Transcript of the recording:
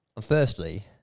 firstly